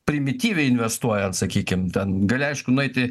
primityviai investuojant sakykim ten gali aišku nueiti